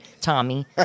Tommy